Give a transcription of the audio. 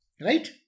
right